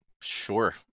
Sure